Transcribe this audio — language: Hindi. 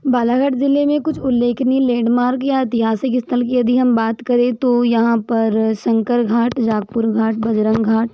बालाघाट जिले में कुछ उल्लेखनीय लैंडमार्क या ऐतिहासिक स्थल की यदि हम बात करें तो यहाँ पर शंकर घाट जागपुर घाट बजरंग घाट